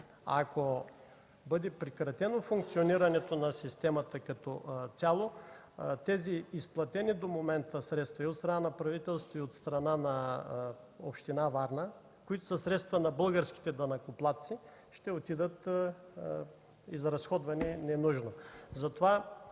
ако бъде прекратено функционирането на системата като цяло, тези изплатени до момента средства – и от страна на правителството, и от страна на Община Варна, които са средства на българските данъкоплатци, ще отидат изразходвани ненужно.